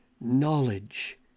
knowledge